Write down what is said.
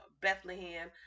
Bethlehem